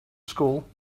school